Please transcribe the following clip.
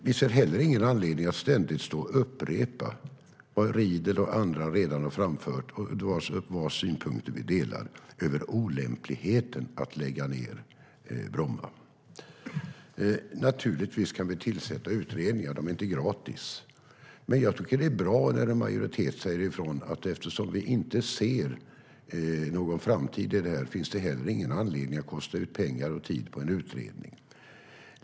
Vi ser heller ingen anledning att ständigt stå och upprepa vad Riedl och andra redan har framfört, och vilkas synpunkter vi delar, om olämpligheten i att lägga ned Bromma.Naturligtvis kan vi tillsätta utredningar, men de är inte gratis. Jag tycker att det är bra när en majoritet säger ifrån, att eftersom vi inte ser någon framtid i det här finns det heller ingen anledning att kasta ut pengar och tid på en utredning.